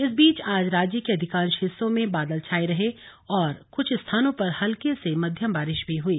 इस बीच आज राज्य के अधिकांश हिस्सों में बादल छाए रहे और कुछ स्थानों पर हल्की से मध्यम बारिश भी हुई